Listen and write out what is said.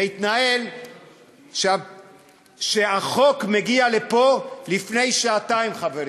זה התנהל שהחוק מגיע לפה לפני שעתיים, חברים.